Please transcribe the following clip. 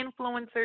influencers